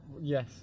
yes